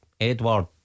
Edward